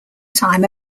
time